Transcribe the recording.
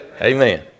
Amen